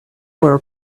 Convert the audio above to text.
were